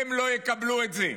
הם לא יקבלו את זה.